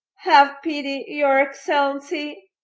have pity, your excellency!